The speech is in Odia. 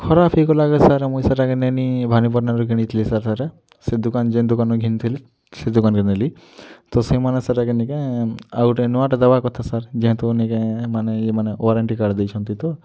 ଖରାପ୍ ହେଇଗଲା ଗା ସାର୍ ମୁଁଇ ସେଇଟା କେ ନି ଭବାନୀପାଟନା ରୁ କିଣିଥିଲି ସାର୍ ସେଟା ସେ ଦୋକାନ୍ ଜେନ୍ ଦୋକାନରୁ କିଣିଥିଲି ସେ ଦୋକାନକେ ନେଲି ତ ସେମାନେ ସେଟାକେ ନି କାଏଁ ଆଉ ଗୋଟେ ନୂଆଁ ଟେ ଦେବାର୍ କଥା ସାର୍ ଯେହେତୁ ନି କାଏଁ ଏମାନେ ଏମାନେ ୱାରେଣ୍ଟି କାର୍ଡ଼ ଦେଇଛନ୍ତି ତ